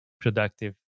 productive